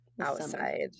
outside